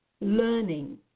learning